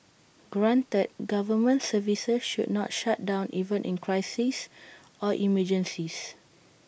granted government services should not shut down even in crises or emergencies